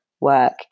work